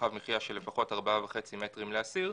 למרחב מחיה של לפחות 4.5 מ"ר לאסיר,